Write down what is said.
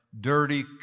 dirty